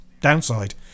downside